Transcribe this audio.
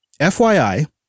FYI